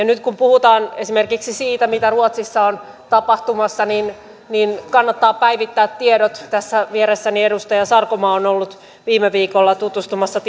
nyt kun puhutaan esimerkiksi siitä mitä ruotsissa on tapahtumassa niin niin kannattaa päivittää tiedot tässä vieressäni edustaja sarkomaa on ollut viime viikolla tutustumassa